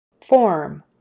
Form